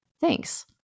Thanks